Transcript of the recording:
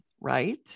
right